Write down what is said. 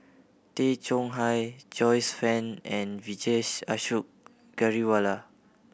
Tay Chong Hai Joyce Fan and Vijesh Ashok Ghariwala